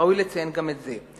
ראוי לציין גם את זה.